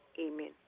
amen